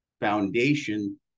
foundation